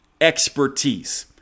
expertise